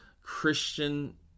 Christian